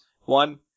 one